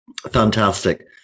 Fantastic